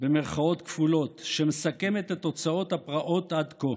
במירכאות כפולות, שמסכמת את תוצאות הפרעות עד כה.